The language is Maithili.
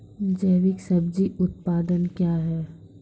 जैविक सब्जी उत्पादन क्या हैं?